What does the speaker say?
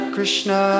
Krishna